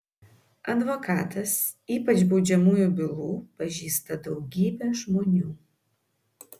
advokatas ypač baudžiamųjų bylų pažįsta daugybę žmonių